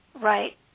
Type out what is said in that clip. right